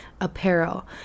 apparel